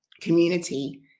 community